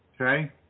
Okay